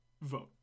vote